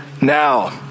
now